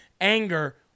anger